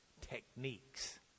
techniques